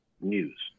news